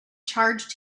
charged